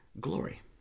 glory